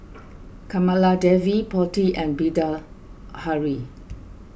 Kamaladevi Potti and Bilahari